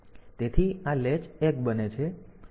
જો આપણે 1 લખીએ તો આ મૂલ્ય 1 થશે